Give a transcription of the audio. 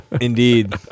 Indeed